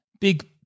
Big